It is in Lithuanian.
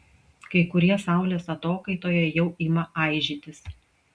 kai kurie saulės atokaitoje jau ima aižytis